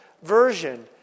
version